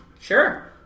sure